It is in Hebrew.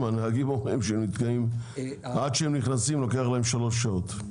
הנהגים אומרים שעד שהם נכנסים לוקח להם שלוש שעות.